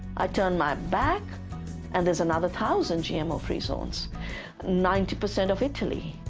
i turn my back and there's another thousand gmo-free zones ninety percent of italy,